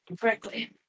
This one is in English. Correctly